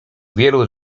wielu